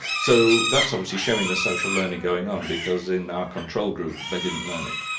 so that's obviously showing the social learning going on because in our control group they didn't learn it.